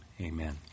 Amen